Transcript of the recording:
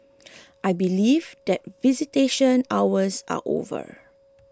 I believe that visitation hours are over